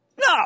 No